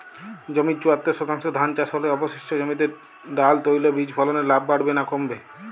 জমির চুয়াত্তর শতাংশে ধান চাষ হলে অবশিষ্ট জমিতে ডাল তৈল বীজ ফলনে লাভ বাড়বে না কমবে?